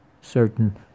certain